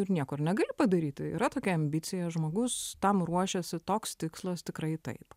ir nieko ir negali padaryt tai yra tokia ambicija žmogus tam ruošėsi toks tikslas tikrai taip